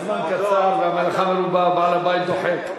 הזמן קצר והמלאכה מרובה, בעל-הבית דוחק.